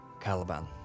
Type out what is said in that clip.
Caliban